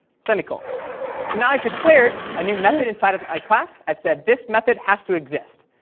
semicolon. so now i've declared a new method inside of my class. i've said this method has to exist.